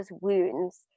wounds